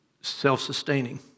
self-sustaining